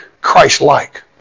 Christ-like